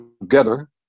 together